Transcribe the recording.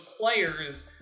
players